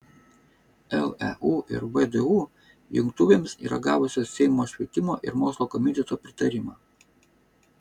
leu ir vdu jungtuvėms yra gavusios seimo švietimo ir mokslo komiteto pritarimą